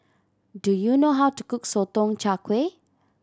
do you know how to cook Sotong Char Kway